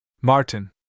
Martin